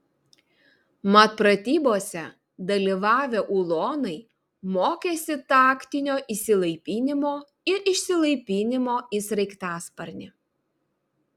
mat pratybose dalyvavę ulonai mokėsi taktinio įsilaipinimo ir išsilaipinimo į sraigtasparnį